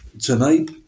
Tonight